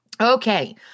Okay